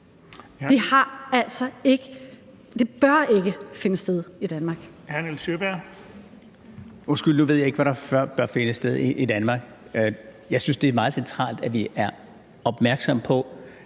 Det bør altså ikke finde sted i Danmark.